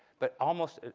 but almost,